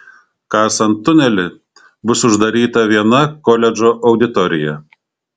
kasant tunelį bus uždaryta viena koledžo auditorija